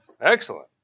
Excellent